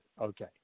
Okay